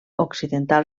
occidental